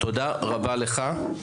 תודה רבה לך.